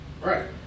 Right